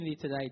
today